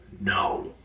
No